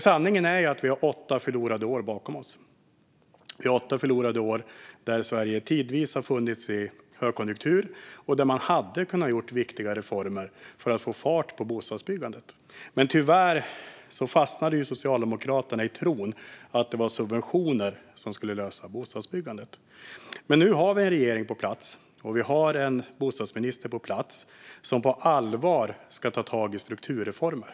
Sanningen är att vi har åtta förlorade år bakom oss. Det är åtta förlorade år där Sverige tidvis har befunnit sig i högkonjunktur och man hade kunnat genomföra viktiga reformer för att få fart på bostadsbyggandet. Tyvärr fastnade Socialdemokraterna i tron att det var subventioner som skulle lösa bostadsbyggandet. Nu har vi dock en regering och en bostadsminister på plats som på allvar ska ta tag i strukturreformer.